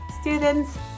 students